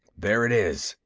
there it is,